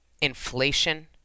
Inflation